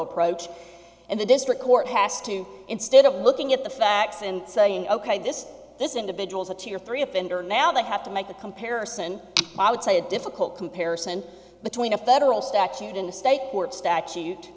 approach and the district court has to instead of looking at the facts and saying ok this is this individual's a two year three offender now they have to make the comparison i would say a difficult comparison between a federal statute in the state court statute